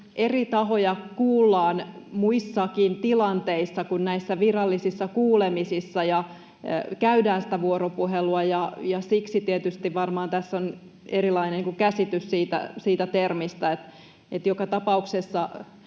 eri tahoja kuullaan muissakin tilanteissa kuin näissä virallisissa kuulemisissa ja käydään sitä vuoropuhelua, ja siksi tietysti varmaan tässä on erilainen käsitys siitä termistä. Joka tapauksessa